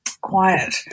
Quiet